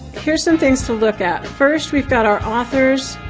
here's some things to look at first we got our authors,